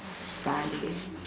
study